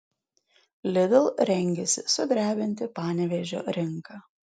lidl rengiasi sudrebinti panevėžio rinką